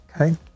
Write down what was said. okay